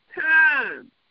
time